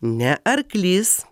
ne arklys